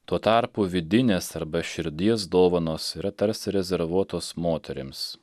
tuo tarpu vidinės arba širdies dovanos yra tarsi rezervuotos moterims